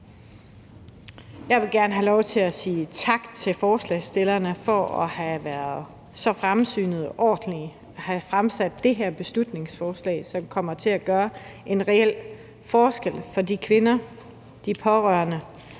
Jeg vil gerne have lov til at sige tak til forslagsstillerne for at have været så fremsynede og ordentlige at have fremsat det her beslutningsforslag, som kommer til at gøre en reel forskel for de kvinder, de pårørende